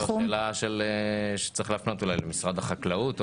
זאת שאלה שצריך להפנות אותה למשרד החקלאות.